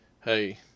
hey